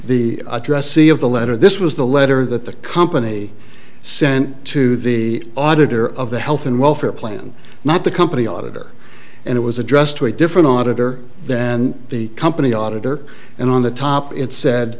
the address see of the letter this was the letter that the company sent to the auditor of the health and welfare plan not the company auditor and it was addressed to a different auditor then the company auditor and on the top it sa